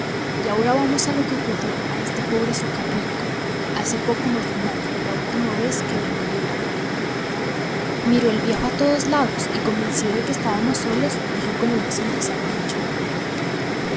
y ahora vamos a lo que le ocurrió a este pobre socarraíco hace poco más de un año la última vez que vino de orán miró el viejo a todos lados y convencido de que estábamos solos dijo con sonrisa bonachona